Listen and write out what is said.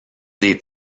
des